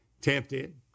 tempted